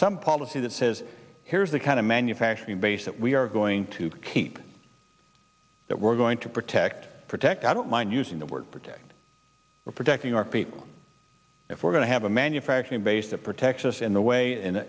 some policy that says here's the kind of manufacturing base that we are going to keep that we're going to protect protect i don't mind using the word protect we're protecting our people if we're going to have a manufacturing base that protects us in the way in